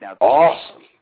awesome